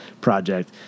project